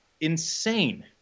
insane